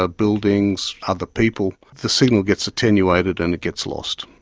ah buildings, other people the signal gets attenuated and it gets lost.